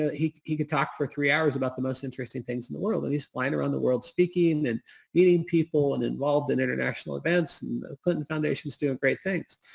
ah he he could talk for three hours about the most interesting things in the world, that he's flying around the world speaking and meeting people and involved in international events. the clinton foundation is doing great things.